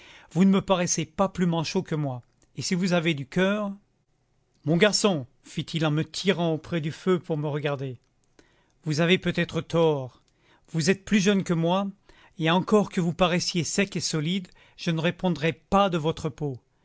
vous ne me paraissez pas plus manchot que moi et si vous avez du coeur mon garçon fit-il en me tirant auprès du feu pour me regarder vous avez peut-être tort vous êtes plus jeune que moi et encore que vous paraissiez sec et solide je ne répondrais pas de votre peau